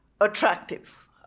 attractive